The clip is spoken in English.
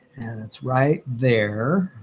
and it's right there.